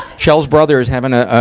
kjell's brother is having a, a,